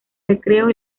recreo